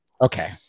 Okay